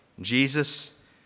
Jesus